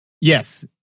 Yes